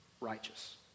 righteous